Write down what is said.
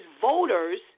voters